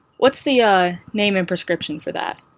what's the, ah, name and prescription for that?